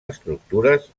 estructures